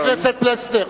חבר הכנסת פלסנר.